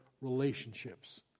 relationships